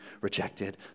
rejected